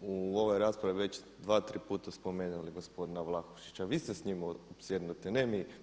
u ovoj raspravi već dva, tri puta spomenuli gospodina Vlahušića, vi ste s njim opsjednuti, ne mi.